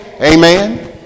Amen